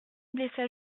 blessa